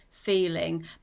Feeling